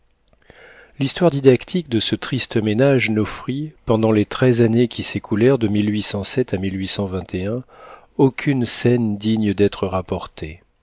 l'histoire didactique de ce triste ménage n'offrit pendant les treize années qui s'écoulèrent de à aucune scène digne d'être rapportée